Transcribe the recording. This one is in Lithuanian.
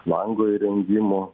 lango įrengimu